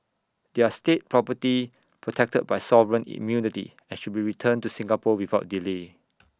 they are state property protected by sovereign immunity and should be returned to Singapore without delay